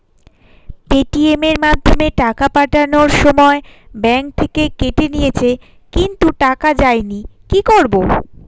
Paytm এর মাধ্যমে টাকা পাঠানোর সময় ব্যাংক থেকে কেটে নিয়েছে কিন্তু টাকা যায়নি কি করব?